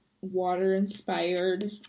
water-inspired